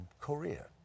Korea